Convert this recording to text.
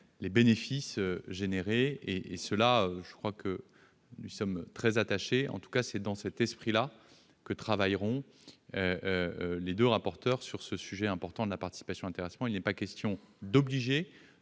les bénéfices engendrés. Nous y sommes très attachés. En tout cas, c'est dans cet esprit que travailleront les deux rapporteurs sur ce sujet important de la participation et de l'intéressement. Il n'est pas question d'obliger